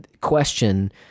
question